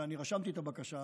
ואני רשמתי את הבקשה,